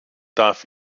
darf